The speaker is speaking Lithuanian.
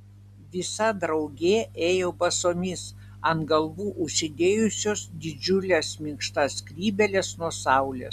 visa draugė ėjo basomis ant galvų užsidėjusios didžiules minkštas skrybėles nuo saulės